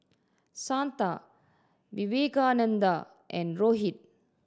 Santha Vivekananda and Rohit